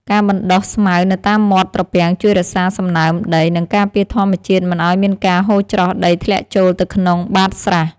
ការបណ្តុះស្មៅនៅតាមមាត់ត្រពាំងជួយរក្សាសំណើមដី និងការពារធម្មជាតិមិនឱ្យមានការហូរច្រោះដីធ្លាក់ចូលទៅក្នុងបាតស្រះ។